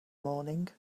morning